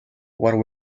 what